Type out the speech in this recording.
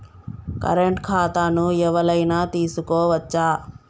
Current ఖాతాను ఎవలైనా తీసుకోవచ్చా?